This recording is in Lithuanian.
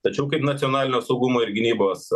tačiau kaip nacionalinio saugumo ir gynybos